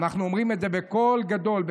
אנחנו אומרים את זה בקול גדול,